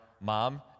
mom